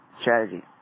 strategy